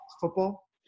football